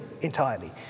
entirely